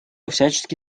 всячески